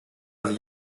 sich